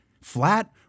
flat